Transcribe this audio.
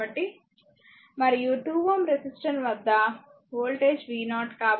కాబట్టి మరియు 2Ω రెసిస్టెన్స్ వద్ద వోల్టేజ్ v0